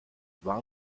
war